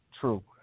True